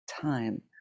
time